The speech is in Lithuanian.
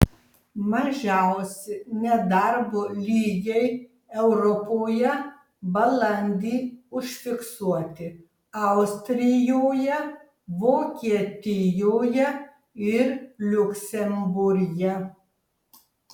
mažiausi nedarbo lygiai europoje balandį užfiksuoti austrijoje vokietijoje ir liuksemburge